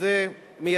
זו בשורה מאוד חשובה,